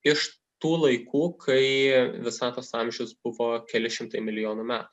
iš tų laikų kai visatos amžius buvo keli šimtai milijonų metų